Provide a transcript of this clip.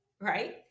right